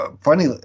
funny